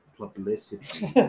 Publicity